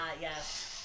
yes